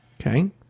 Okay